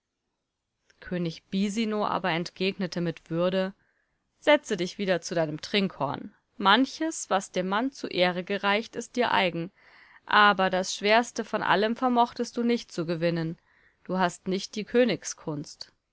könig bisino aber entgegnete mit würde setze dich wieder zu deinem trinkhorn manches was dem mann zu ehre gereicht ist dir eigen aber das schwerste von allem vermochtest du nicht zu gewinnen du hast nicht die